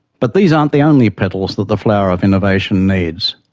but these aren't the only petals that the flower of innovation needs.